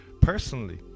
personally